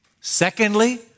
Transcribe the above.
Secondly